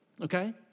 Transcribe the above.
Okay